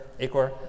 acor